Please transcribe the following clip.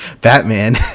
Batman